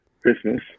Christmas